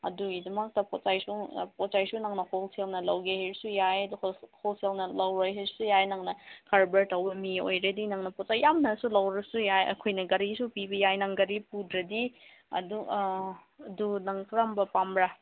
ꯑꯗꯨꯒꯤꯗꯃꯛꯇ ꯄꯣꯠ ꯆꯩꯁꯨ ꯄꯣꯠ ꯆꯩꯁꯨ ꯅꯪꯅ ꯍꯣꯜꯁꯦꯜꯅ ꯂꯧꯒꯦ ꯍꯥꯏꯔꯁꯨ ꯌꯥꯏ ꯑꯗ ꯍꯣꯜꯁꯦꯜꯅ ꯂꯧꯔꯣꯏ ꯍꯥꯏꯔꯁꯨ ꯌꯥꯏ ꯅꯪꯅ ꯀꯔꯕꯥꯔ ꯇꯧꯕ ꯃꯤ ꯑꯣꯏꯔꯗꯤ ꯅꯪꯅ ꯄꯣꯠ ꯆꯩ ꯌꯥꯝꯅꯁꯨ ꯂꯧꯔꯁꯨ ꯌꯥꯏ ꯑꯩꯈꯣꯏꯅ ꯒꯥꯔꯤꯁꯨ ꯄꯤꯕ ꯌꯥꯏ ꯅꯪ ꯒꯥꯔꯤ ꯄꯨꯗ꯭ꯔꯗꯤ ꯑꯗꯨ ꯑꯗꯨ ꯅꯪ ꯀꯔꯝꯕ ꯄꯥꯝꯕꯔꯥ